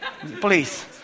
Please